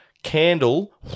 candle